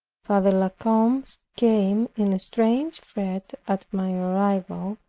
father la combe came in a strange fret at my arrival,